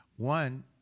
One